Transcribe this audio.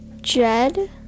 Jed